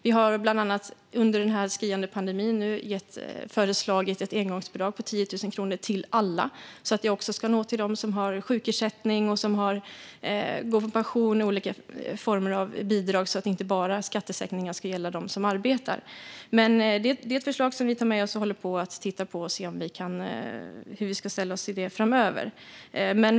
Vi har bland annat under den skriande pandemin föreslagit ett engångsbidrag på 10 000 kronor till alla så att det också ska nå till dem som har sjukersättning, pension eller olika former av bidrag. Det gör vi för att det inte bara ska gälla dem som arbetar och får skattesänkningar. Att ta bort den här skatten är ett förslag som vi tar med oss och tittar på för att se hur vi ska ställa oss till det framöver.